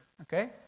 okay